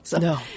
No